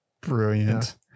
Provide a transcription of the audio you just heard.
brilliant